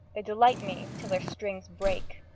they delight me, till their strings break.